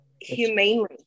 humanely